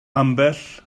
ambell